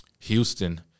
Houston